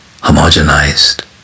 homogenized